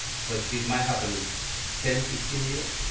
but it might happen in ten, fifteen years.